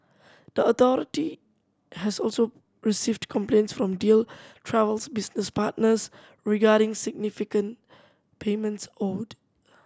the authority has also received complaints from Deal Travel's business partners regarding significant payments owed